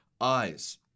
eyes